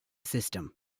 system